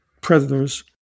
predators